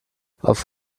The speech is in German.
auf